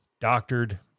doctored